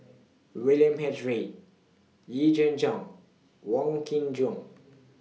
William H Read Yee Jenn Jong Wong Kin Jong